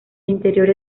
interior